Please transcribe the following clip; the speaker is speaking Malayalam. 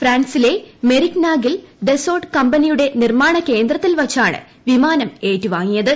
ഫ്രാൻസിലെ മെറിഗ്നാകിൽ ദസോർട്ട് കമ്പനിയുടെ നിർമ്മാണ കേന്ദ്രത്തിൽ വച്ചാണ് വിമാനം ഏറ്റുവാങ്ങിയത്